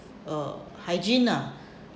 uh hygiene lah